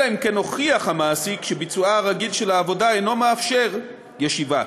אלא אם כן הוכיח המעסיק שביצועה הרגיל של העבודה אינו מאפשר ישיבה.